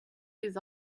les